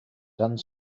done